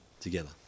together